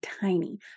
tiny